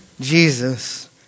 Jesus